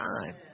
time